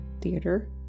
theater